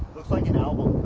like an album